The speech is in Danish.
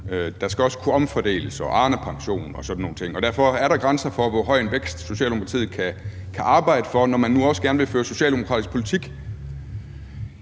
Der skal også kunne omfordeles, der er Arnepensionen og sådan nogle ting. Derfor er der grænser for, hvor høj vækst Socialdemokratiet kan arbejde for, når man nu også gerne vil føre socialdemokratisk politik.